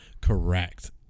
Correct